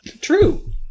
True